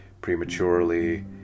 prematurely